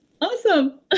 Awesome